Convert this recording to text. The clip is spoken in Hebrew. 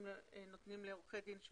נותנים לעורכי דין.